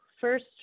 first